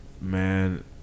Man